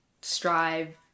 strive